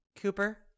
Cooper